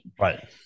Right